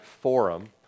forum